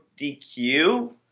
DQ